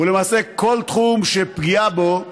ולמעשה בכל תחום שפגיעה בו,